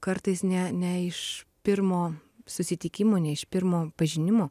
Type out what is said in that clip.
kartais ne ne iš pirmo susitikimo ne iš pirmo pažinimo